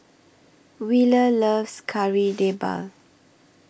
Wheeler loves Kari Debal